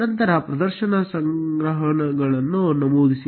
ನಂತರ ಪ್ರದರ್ಶನ ಸಂಗ್ರಹಗಳನ್ನು ನಮೂದಿಸಿ